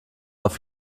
auf